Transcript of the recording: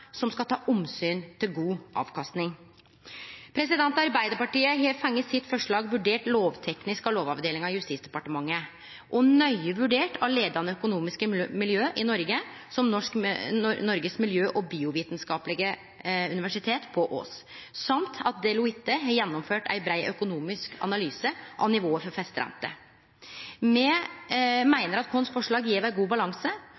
som skal ta omsyn til god avkasting. Arbeidarpartiet har fått forslaget vurdert lovteknisk av Lovavdelinga i Justisdepartementet og nøye vurdert av leiande økonomiske miljø i Noreg, som Norges miljø- og biovitenskapelige universitet i Ås, og Deloitte har gjennomført ein brei økonomisk analyse av nivået for festerente. Me meiner at forslaget vårt gjev ein god balanse.